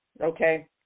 okay